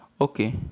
Okay